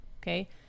okay